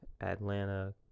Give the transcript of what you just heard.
Atlanta